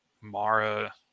Mara